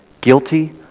guilty